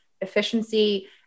efficiency